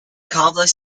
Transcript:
complex